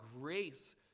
grace